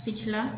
पिछला